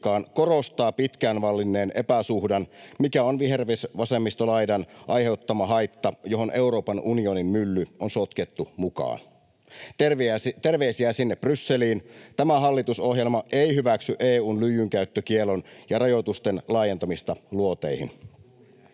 korostaa pitkään vallinneen epäsuhdan, mikä on vihervasemmistolaidan aiheuttama haitta, johon Euroopan unionin mylly on sotkettu mukaan. Terveisiä sinne Brysseliin, tämä hallitusohjelma ei hyväksy EU:n lyijyn käyttökiellon ja rajoitusten laajentamista luoteihin.